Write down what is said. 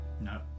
No